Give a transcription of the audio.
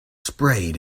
sprayed